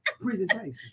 presentation